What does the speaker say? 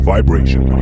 Vibration